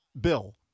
Bill